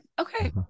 okay